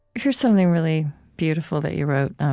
here's something really beautiful that you wrote